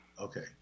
Okay